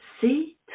see